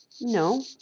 no